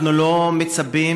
אנחנו לא מצפים,